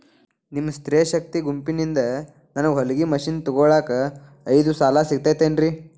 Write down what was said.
ನಿಮ್ಮ ಸ್ತ್ರೇ ಶಕ್ತಿ ಗುಂಪಿನಿಂದ ನನಗ ಹೊಲಗಿ ಮಷೇನ್ ತೊಗೋಳಾಕ್ ಐದು ಸಾಲ ಸಿಗತೈತೇನ್ರಿ?